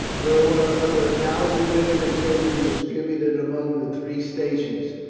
there were over a thousand women and children distributed among the three stations.